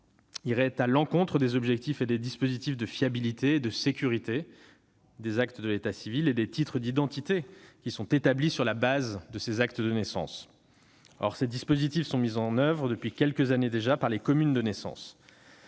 irait à l'encontre des objectifs et des dispositifs de fiabilité et de sécurité des actes de l'état civil et des titres d'identité établis sur la base des actes de naissance. Or ces dispositifs sont mis en oeuvre depuis quelques années déjà par les communes de naissance.